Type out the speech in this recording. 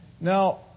now